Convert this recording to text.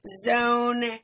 zone